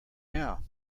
now